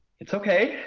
it's ok.